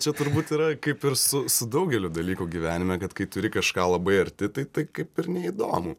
čia turbūt yra kaip ir su su daugeliu dalykų gyvenime kad kai turi kažką labai arti tai tai kaip ir neįdomu